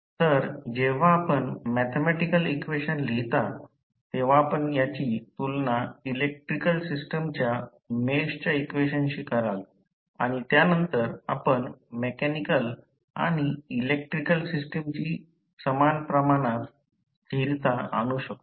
तर जेव्हा आपण मॅथॅमॅटिकल इक्वेशन लिहिता तेव्हा आपण याची तुलना इलेक्ट्रिकल सिस्टमच्या मेशच्या इक्वेशनशी कराल आणि त्यानंतर आपण मेकॅनिकल आणि इलेक्ट्रिकल सिस्टमची समान प्रमाणात स्थिरता आणू शकतो